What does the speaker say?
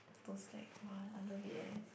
those like !wah! I love it eh